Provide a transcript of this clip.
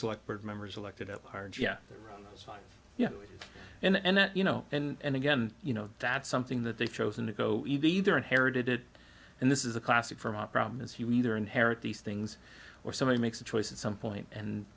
select board members elected at large yeah yeah and you know and again you know that's something that they've chosen to go either inherited and this is a classic for our problem is you either inherit these things or somebody makes a choice at some point and